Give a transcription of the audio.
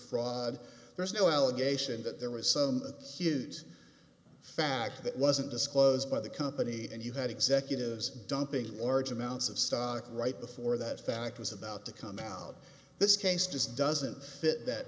fraud there's no allegation that there was some huge fact that wasn't disclosed by the company and you had executives dumping large amounts of stock right before that fact was about to come out this case just doesn't fit that